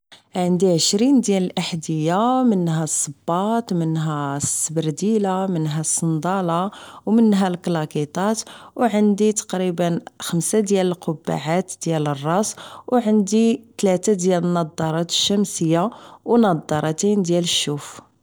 عندي عشرين ديال الاحدية منها الصباط من سبرديلة منها سندالة و منها لكلاكيطات و عندي تقريبا خمسة القباعات ديال الراس و عندي تلاتة ديال النضارات الشمسية و نضرتين ديال الشوف